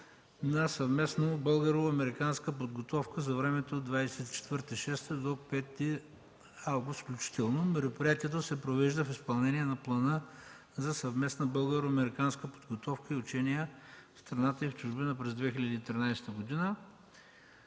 на съвместна българо-американска подготовка за времето от 24 юни до 5 август 2013 г. включително. Мероприятието се провежда в изпълнение на Плана за съвместна българо-американска подготовка и учения в страната и чужбина през 2013 г.